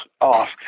off